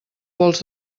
pols